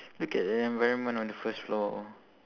look at the environment on the first floor